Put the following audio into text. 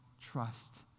trust